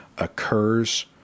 occurs